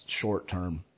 short-term